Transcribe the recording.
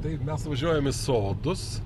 tai mes važiuojam į sodus